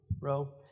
row